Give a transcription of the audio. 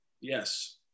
Yes